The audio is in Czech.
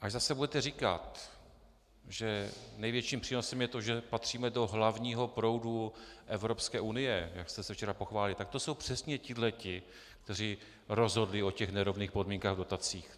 Až zase budete říkat, že největším přínosem je to, že patříme do hlavního proudu Evropské unie, jak jste se včera pochválili, tak to jsou přesně tihle ti, kteří rozhodli o nerovných podmínkách dotací.